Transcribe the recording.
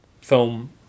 film